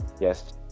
Yes